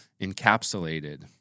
encapsulated